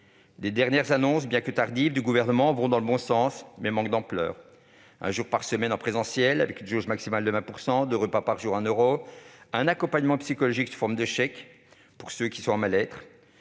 Les dernières annonces du Gouvernement, bien que tardives, vont dans le bon sens, mais manquent d'ampleur : un jour par semaine en présentiel, avec une jauge maximale de 20 %, deux repas par jour à un euro, un accompagnement psychologique sous forme de chèque pour ceux qui sont en mal-être